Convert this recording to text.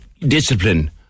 discipline